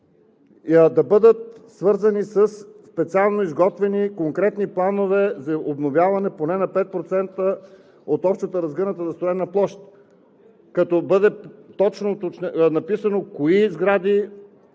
да бъдат свързани със специално изготвени конкретни планове за обновяване поне на 5% от общата разгъната застроена площ, като бъде точно написано кои сгради